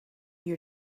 you